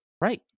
Right